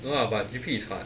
no lah but G_P is hard